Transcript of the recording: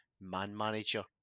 man-manager